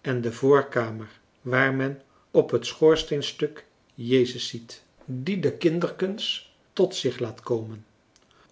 en de voorkamer waar men op het schoorsteenstuk jezus ziet die de kinderkens tot zich laat komen